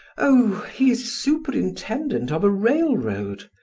oh, he is superintendent of a railroad.